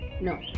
No